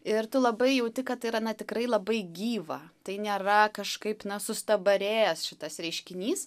ir tu labai jauti kad tai yra na tikrai labai gyva tai nėra kažkaip na sustabarėjęs šitas reiškinys